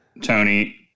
Tony